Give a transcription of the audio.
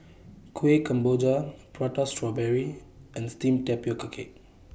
Kueh Kemboja Prata Strawberry and Steamed Tapioca Cake